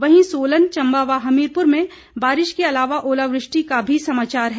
वहीं सोलन चंबा व हमीरपुर में बारिश के अलावा ओलावृष्टि का भी समाचार है